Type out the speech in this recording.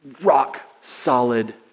rock-solid